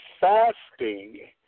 fasting